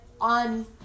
on